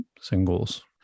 singles